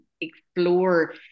explore